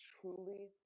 truly